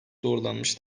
doğrulanmış